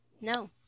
No